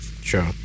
Sure